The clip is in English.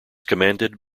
commanded